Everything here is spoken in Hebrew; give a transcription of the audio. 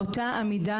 באותה מידה,